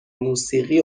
موسیقی